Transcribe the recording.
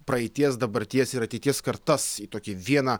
praeities dabarties ir ateities kartas į tokį vieną